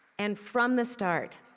and from the start,